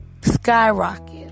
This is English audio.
Skyrocket